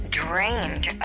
drained